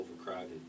overcrowded